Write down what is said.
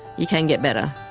you can get better.